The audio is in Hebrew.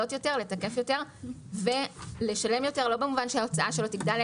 לתקף יותר ולשלם יותר לא במובן שההוצאה שלו תגדל,